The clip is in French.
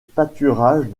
pâturages